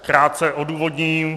Krátce odůvodním.